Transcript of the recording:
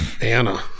anna